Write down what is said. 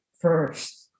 first